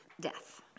Death